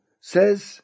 says